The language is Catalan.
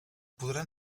podran